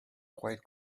quite